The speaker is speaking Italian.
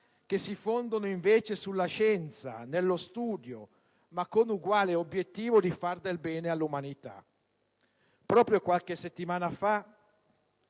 che si fondano invece sulla scienza, sullo studio, ma con l'uguale obiettivo di far del bene all'umanità. Proprio qualche settimana fa